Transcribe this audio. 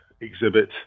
exhibit